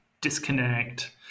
disconnect